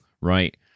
right